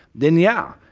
then yeah.